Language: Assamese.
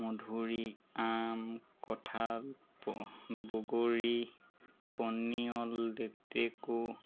মধুৰী আম কঁঠাল বগৰী পনিয়ল লেটেকু